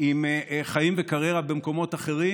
עם חיים וקריירה במקומות אחרים.